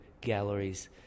galleries